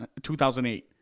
2008